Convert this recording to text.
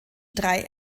drei